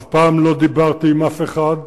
אף פעם לא דיברתי עם אף אחד,